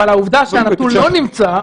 אבל העובדה שהנתון לא נמצא,